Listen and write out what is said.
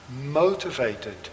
motivated